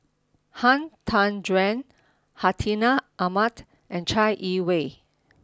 Han Tan Juan Hartinah Ahmad and Chai Yee Wei